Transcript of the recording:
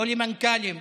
לא למנכ"לים,